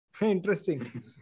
Interesting